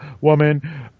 woman